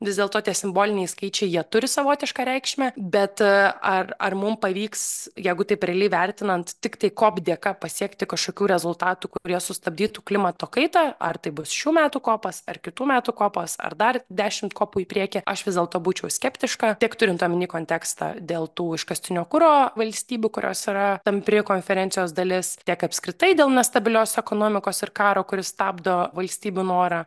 vis dėlto tie simboliniai skaičiai jie turi savotišką reikšmę bet ar ar mum pavyks jeigu taip realiai vertinant tiktai kop dėka pasiekti kažkokių rezultatų kurie sustabdytų klimato kaitą ar tai bus šių metų kopas ar kitų metų kopas ar dar dešimt kopų į priekį aš vis dėlto būčiau skeptiška tiek turint omeny kontekstą dėl tų iškastinio kuro valstybių kurios yra tampri konferencijos dalis tiek apskritai dėl nestabilios ekonomikos ir karo kuris stabdo valstybių norą